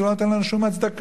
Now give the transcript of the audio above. זה לא נותן לנו שום הצדקה,